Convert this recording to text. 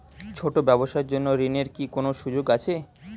ছোট ব্যবসার জন্য ঋণ এর কি কোন সুযোগ আছে?